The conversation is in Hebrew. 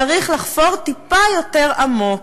צריך לחפור טיפה יותר עמוק.